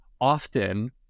often